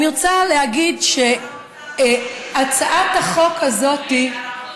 אני רוצה להגיד שהצעת החוק הזאת, שר האוצר.